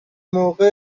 موقع